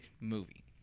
movie